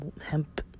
Hemp